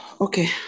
Okay